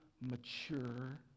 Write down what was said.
mature